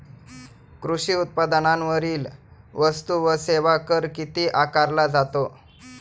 कृषी उत्पादनांवरील वस्तू व सेवा कर किती आकारला जातो?